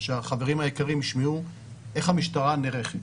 שהחברים היקרים ישמעו איך המשטרה נערכת.